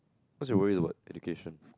what's your worries about education